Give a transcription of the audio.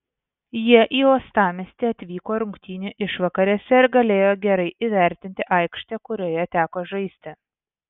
jie į uostamiestį atvyko rungtynių išvakarėse ir galėjo gerai įvertinti aikštę kurioje teko žaisti